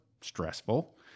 stressful